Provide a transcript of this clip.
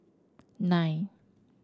nine